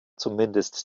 zumindest